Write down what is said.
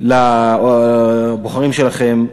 לבוחרים שלכם,